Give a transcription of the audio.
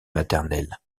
maternelle